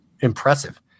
impressive